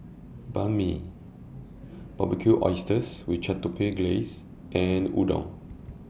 Banh MI Barbecued Oysters with Chipotle Glaze and Udon